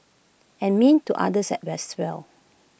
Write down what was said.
and mean to others as well